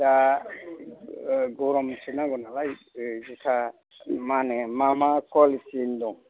दा ओ गरमनिसो नांगौनालाय ओ जुथा माहोनो मा मा कुवालिटिनि दं